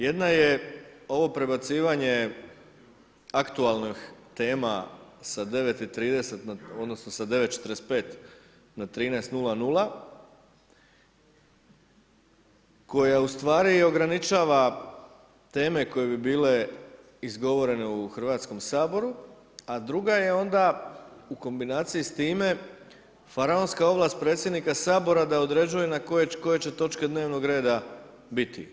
Jedna je ovo prebacivanje aktualnih tema sa 9,45 na 13,00 koja ustvari ograničava teme koje bi bile izgovorene u Hrvatskom saboru a druga je onda u kombinaciji s time faraonska ovlast predsjednika Sabora da određuje na koje će točke dnevnog reda biti.